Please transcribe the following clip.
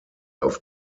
auf